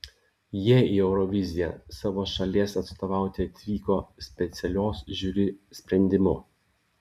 jie į euroviziją savo šalies atstovauti atvyko specialios žiuri sprendimu